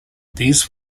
these